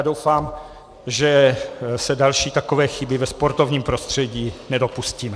Doufám, že se další takové chyby ve sportovním prostředí nedopustíme.